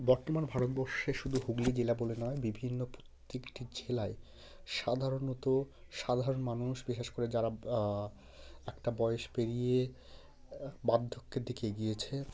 বর্তমান ভারতবষ্যে শুধু হুগলি জেলা বলে নয় বিভিন্ন প্রত্যেকটি জেলায় সাধারণত সাধারণ মানুষ বিশেষ করে যারা একটা বয়স পেরিয়ে বার্ধক্যের দিকে এগিয়েছে